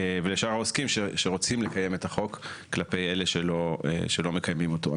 העוסקים שרוצים לקיים את החוק כלפי אלה שלא מקיימים אותו.